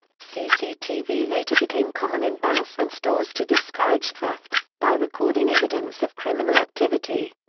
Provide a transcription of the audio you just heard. cctv later became common in banks and stores to discourage theft, by recording evidence of criminal activity.